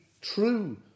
true